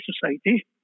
society